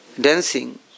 dancing